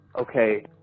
okay